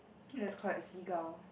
let's call it a seagull